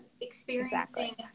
experiencing